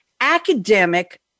academic